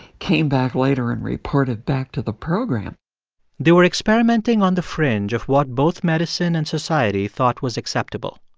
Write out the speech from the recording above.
came back later and reported back to the program they were experimenting on the fringe of what both medicine and society thought was acceptable.